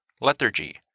lethargy